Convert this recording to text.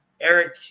Eric